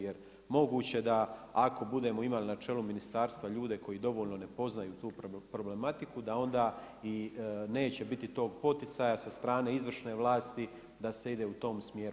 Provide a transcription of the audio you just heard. Jer moguće da ako budemo imali na čelu ministarstva ljude koji dovoljno ne poznaju tu problematiku da onda i neće biti tog poticaja sa strane izvršne vlasti da se ide u tom smjeru.